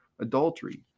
adultery